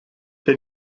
then